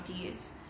ideas